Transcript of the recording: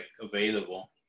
available